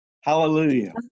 Hallelujah